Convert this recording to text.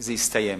זה יסתיים.